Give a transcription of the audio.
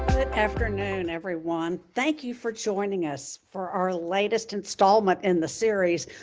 afternoon, everyone. thank you for joining us for our latest installment in the series,